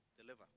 deliver